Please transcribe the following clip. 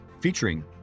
featuring